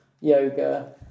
Yoga